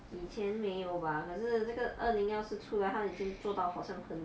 以前没有吧可是这个二零幺四出来它已经做到好像很